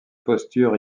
posture